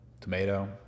tomato